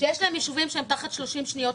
שיש בהן ישובים שהם תחת 30 שניות,